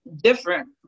different